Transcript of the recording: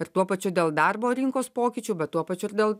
ir tuo pačiu dėl darbo rinkos pokyčių bet tuo pačiu ir dėl